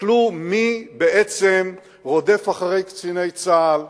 תסתכלו מי בעצם רודף אחרי קציני צה"ל,